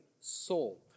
soul